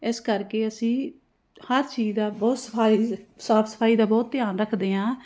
ਇਸ ਕਰਕੇ ਅਸੀਂ ਹਰ ਚੀਜ਼ ਦਾ ਬਹੁਤ ਸਫਾਈ ਸਾਫ਼ ਸਫਾਈ ਦਾ ਬਹੁਤ ਧਿਆਨ ਰੱਖਦੇ ਹਾਂ